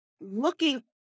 looking